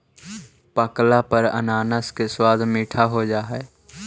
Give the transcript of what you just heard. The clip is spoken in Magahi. पकला पर अनानास के स्वाद मीठा हो जा हई